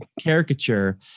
caricature